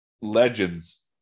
legends